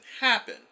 happen